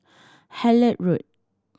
Hullet Road